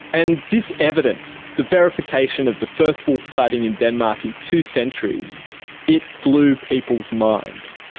and this evidence the verification of the first wolf sighting in denmark in two centuries it blew people's minds.